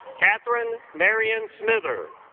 catherine marian smither